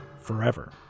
forever